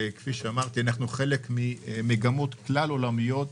אנחנו חלק ממגמות כלל עולמיות.